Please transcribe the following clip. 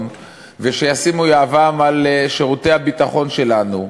ושישימו יהבם על שירותי הביטחון שלנו,